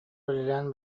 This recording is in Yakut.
үлэлээн